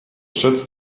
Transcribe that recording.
schätzt